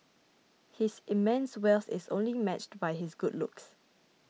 his immense wealth is only matched by his good looks